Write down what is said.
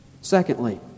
Secondly